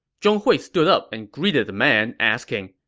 zhong hui stood up and greeted the man, asking,